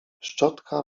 szczotka